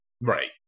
Right